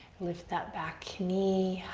lift that back knee.